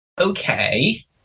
Okay